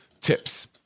tips